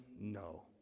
No